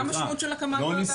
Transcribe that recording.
מה המשמעות של הקמת וועדה עכשיו?